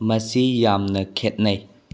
ꯃꯁꯤ ꯌꯥꯝꯅ ꯈꯦꯠꯅꯩ